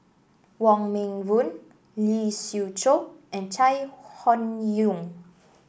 Wong Meng Voon Lee Siew Choh and Chai Hon Yoong